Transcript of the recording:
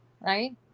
right